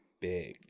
big